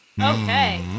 Okay